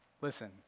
Listen